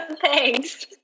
thanks